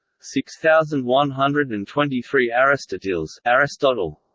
six thousand one hundred and twenty three aristoteles aristoteles